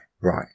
right